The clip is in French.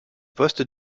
poste